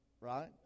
right